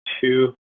two